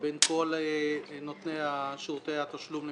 בין כל נותני שירותי התשלום למיניהם.